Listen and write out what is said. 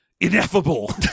Ineffable